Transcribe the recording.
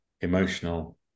emotional